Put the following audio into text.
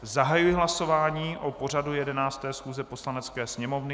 Zahajuji hlasování o pořadu 11. schůze Poslanecké sněmovny.